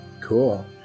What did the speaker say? Cool